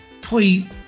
please